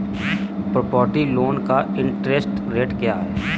Property loan का interest rate क्या है?